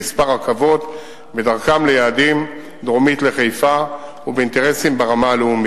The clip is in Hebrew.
"מספר רכבות בדרכן ליעדים דרומית לחיפה ובאינטרסים ברמה הלאומית".